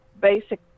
basic